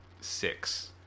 six